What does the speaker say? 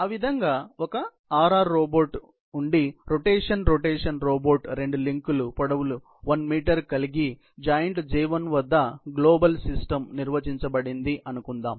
అదేవిధంగా ఒక R R robot ఉండి రొటేషన్ రొటేషన్ రోబోట్ రెండు లింకుల పొడవులు 1 మీటర్ కలిగి జాయింట్ J1 వద్ద గ్లోబల్ సిస్టమ్ నిర్వచించబడింది అనుకొందాం